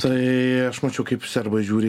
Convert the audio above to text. tai aš mačiau kaip serbas žiūri